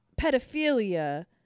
pedophilia